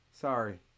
Sorry